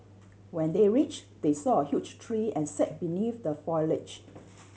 when they reached they saw a huge tree and sat beneath the foliage